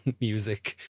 music